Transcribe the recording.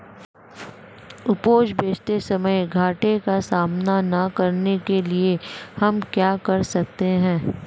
उपज बेचते समय घाटे का सामना न करने के लिए हम क्या कर सकते हैं?